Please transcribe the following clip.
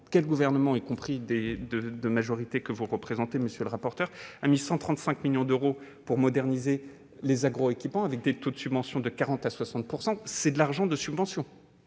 Quel gouvernement, y compris du bord politique que vous représentez, monsieur le rapporteur spécial, a consacré 135 millions d'euros pour moderniser les agroéquipements, avec des taux de subvention de 40 % à 60 %- c'est de « l'argent de subvention